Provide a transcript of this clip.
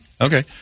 Okay